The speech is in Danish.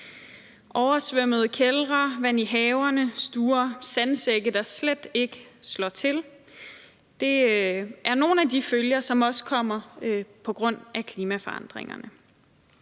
Oversvømmede kældre, vand i haverne og stuerne, sandsække, der slet ikke slår til, det er nogle af de følger, som også kommer på grund af klimaforandringerne.